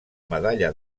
medalla